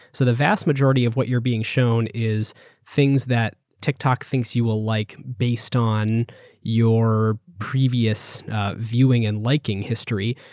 so the vast majority of what youaeurre being shown is things that tiktok thinks you will like based on your previous viewing and liking history.